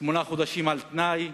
שמונה חודשים על-תנאי,